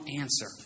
answer